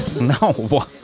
No